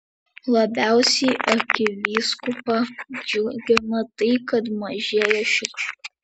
labiausiai arkivyskupą džiugina tai kad mažėja šiukšlių